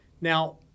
Now